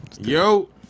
Yo